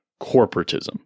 corporatism